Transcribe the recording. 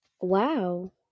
Wow